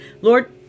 Lord